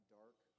dark